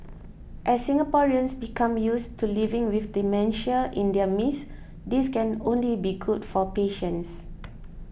as Singaporeans become used to living with dementia in their midst this can only be good for patients